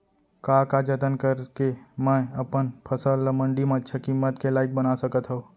का का जतन करके मैं अपन फसल ला मण्डी मा अच्छा किम्मत के लाइक बना सकत हव?